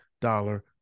dollar